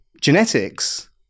genetics